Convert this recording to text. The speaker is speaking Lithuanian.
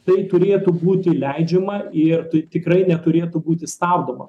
tai turėtų būti leidžiama ir tai tikrai neturėtų būti stabdoma